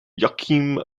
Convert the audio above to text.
joachim